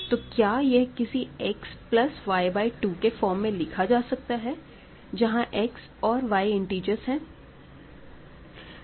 तो क्या यह किसी x plus y by two के फॉर्म में लिखा जा सकता है जहां यह x और y इंटीजर्स है